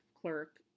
clerk